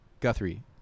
guthrie